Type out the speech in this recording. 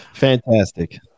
fantastic